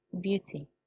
Beauty